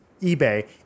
eBay